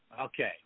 Okay